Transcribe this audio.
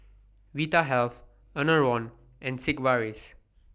Vitahealth Enervon and Sigvaris